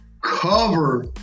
cover